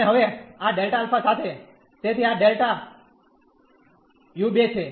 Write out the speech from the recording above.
અને હવે આ Δα સાથે તેથી આ Δu2 છે